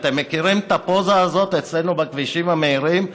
אתם מכירים את הפוזה הזאת אצלנו בכבישים המהירים?